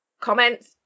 comments